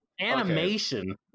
Animation